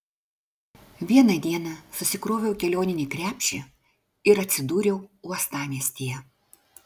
vieną dieną susikroviau kelioninį krepšį ir atsidūriau uostamiestyje